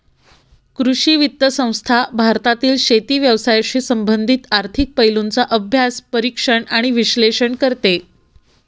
कृषी वित्त संस्था भारतातील शेती व्यवसायाशी संबंधित आर्थिक पैलूंचा अभ्यास, परीक्षण आणि विश्लेषण करते